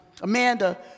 Amanda